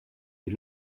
est